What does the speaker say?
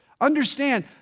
Understand